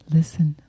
Listen